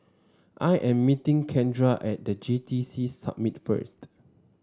I am meeting Kendra at The J T C Summit first